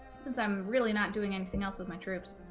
since i'm really not doing anything else with my troops